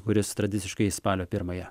kuris tradiciškai spalio pirmąją